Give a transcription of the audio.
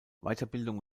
weiterbildung